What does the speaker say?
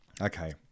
Okay